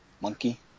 Monkey